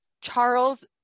Charles